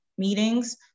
meetings